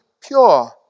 pure